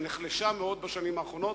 שנחלשה מאוד בשנים האחרונות,